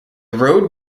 road